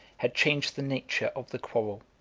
had changed the nature of the quarrel.